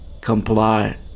Comply